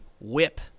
whip